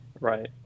right